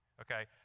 okay